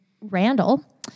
Randall